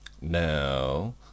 Now